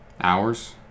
Hours